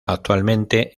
actualmente